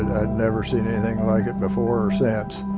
and i'd never seen anything like it before or since.